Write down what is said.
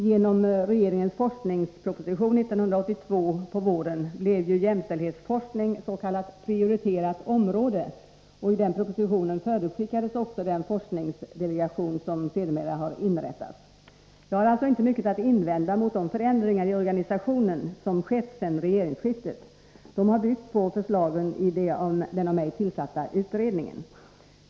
Genom regeringens forskningsproposition på våren 1982 blev jämställdhetsforskning s.k. prioriterat område, och i den propositionen förutskickades också den forskningsdelegation som sedermera har inrättats. Jag har alltså inte mycket att invända mot de förändringar i organisationen som skett sedan regeringsskiftet. De har byggt på förslagen i den av mig tillsatta utredningen.